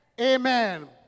Amen